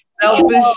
selfish